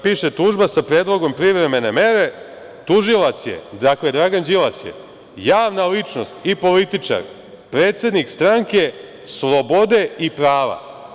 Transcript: Piše tužba sa predlogom privremene mere, tužilac je, dakle, Dragan Đilas je javna ličnost i političar, predsednik stranke slobode i prava.